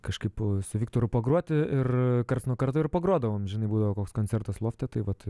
kažkaip su viktoru pagrot ir karts nuo karto ir pagrodavom žinai būdavo koks koncertas lofte tai vat